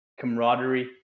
camaraderie